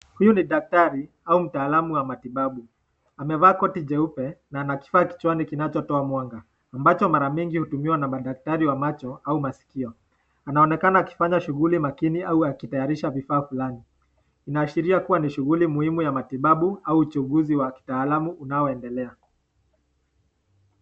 Huyu ni daktari au mtalamu wa matibabu. Amevaa koti jeupe na ana kifaa kichwani kinacho toa mwanga, ambacho mara mingi hutumiwa na madaktari wa macho au masikio. Anaoneka akifanya shughuli makini au akitayarisha vifaa fulani. Inaashiria kuwa ni shughuli muhimu ya matibabu au uchunguzi wa kitaalamu unao endelea.